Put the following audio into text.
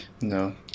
No